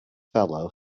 fellow